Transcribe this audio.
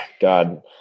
God